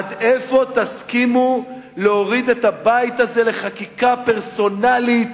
עד איפה תסכימו להוריד את הבית הזה לחקיקה פרסונלית,